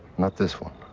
not this one.